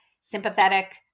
sympathetic